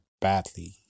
badly